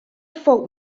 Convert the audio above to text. folk